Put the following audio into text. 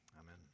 Amen